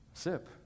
Sip